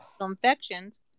infections